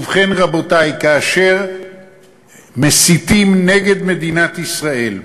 ובכן, רבותי, כאשר מסיתים נגד מדינת ישראל,